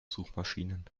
suchmaschinen